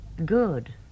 Good